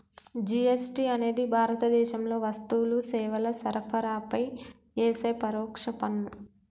GST అనేది భారతదేశంలో వస్తువులు, సేవల సరఫరాపై యేసే పరోక్ష పన్ను